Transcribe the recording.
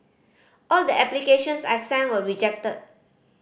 all the applications I sent were rejected